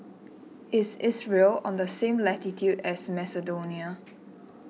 is Israel on the same latitude as Macedonia